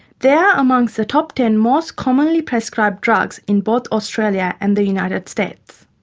they are amongst the top ten most commonly prescribed drugs in both australia and the united states.